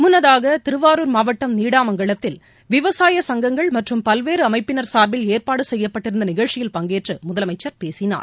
முனனதாகதிருவாரூர் மாவட்டம் நீடாமங்கலத்தில் விவசாய சங்கங்கள் மற்றும் பல்வேறுஅமைப்பினர் சார்பில் ஏற்பாடுசெய்யப்பட்டிருந்தநிகழ்ச்சில் பங்கேற்றுமுதலமைச்சர் பேசினார்